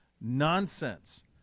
nonsense